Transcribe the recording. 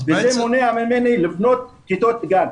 זה מונע ממני לבנות כיתות גן.